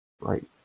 Right